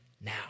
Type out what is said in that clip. now